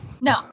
no